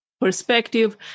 perspective